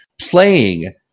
playing